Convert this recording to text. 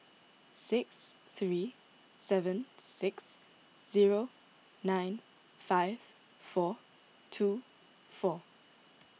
six three seven six zero nine five four two four